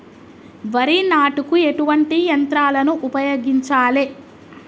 వరి నాటుకు ఎటువంటి యంత్రాలను ఉపయోగించాలే?